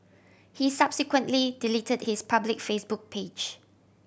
he subsequently deleted his public Facebook page